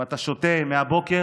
ואתה שותה מהבוקר